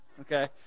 okay